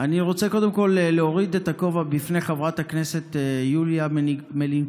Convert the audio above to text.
אני רוצה קודם כול להוריד את הכובע בפני חברת הכנסת יוליה מלינקובסקי,